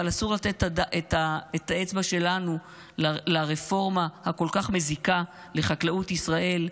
אבל אסור לתת את האצבע שלנו לרפורמה הכל-כך מזיקה לחקלאות ישראל.